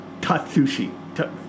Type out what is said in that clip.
Tatsushi